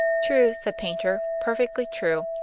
true, said paynter. perfectly true.